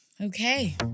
okay